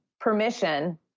permission